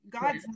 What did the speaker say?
God's